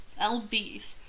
LBs